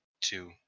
two